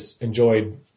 enjoyed